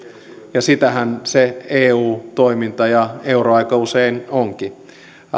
ja sitähän se eu toiminta ja euro aika usein onkin